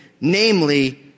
Namely